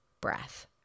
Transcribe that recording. breath